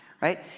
right